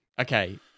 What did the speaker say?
okay